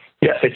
Yes